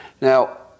Now